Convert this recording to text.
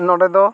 ᱱᱚᱸᱰᱮ ᱫᱚ